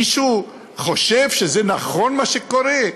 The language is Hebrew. מישהו חושב שזה נכון מה שקורה?